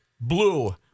Blue